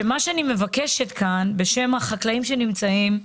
מה שאני מבקשת כאן, בשם החקלאים שנמצאים כאן,